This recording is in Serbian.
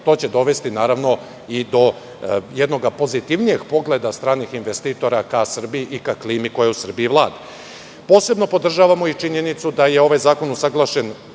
to će dovesti naravno i do jednog pozitivnijeg pogleda stranih investitora ka Srbiji i ka klimi koja u Srbiji vlada. Posebno podržavamo i činjenicu da je ovaj zakon usaglašen,